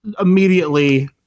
immediately